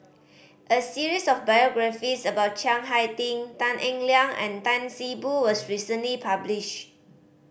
a series of biographies about Chiang Hai Ding Tan Eng Liang and Tan See Boo was recently published